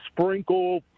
sprinkle